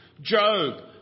Job